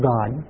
God